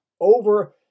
over